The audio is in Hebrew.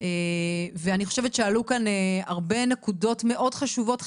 אני חושבת שעלו כאן הרבה נקודות מאוד חשובות,